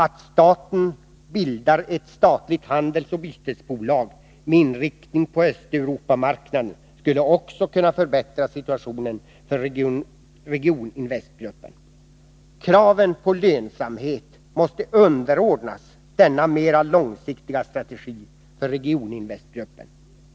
Att staten bildar ett statligt handelsoch bytesbolag, med inrikting på Östeuropamarknaden, skulle också kunna förbättra situationen för Regioninvestgruppen. Kraven på lönsamhet måste underordnas denna mera långsiktiga strategi för Regioninvestgruppen.